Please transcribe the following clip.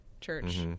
church